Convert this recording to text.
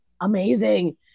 amazing